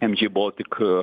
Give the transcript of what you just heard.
mg baltic